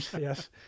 yes